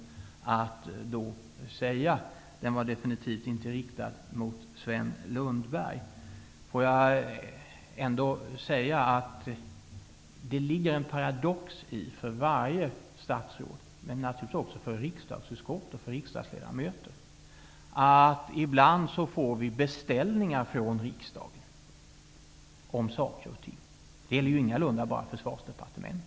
Detta var absolut inte riktat mot Sven Lundberg. För varje statsråd -- men naturligtvis också för riksdagsutskott och rikdagsledamöter -- ligger det en paradox i att vi ibland får beställningar från riksdagen. Det gäller ingalunda bara Försvarsdepartementet.